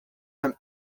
from